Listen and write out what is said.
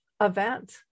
event